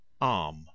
arm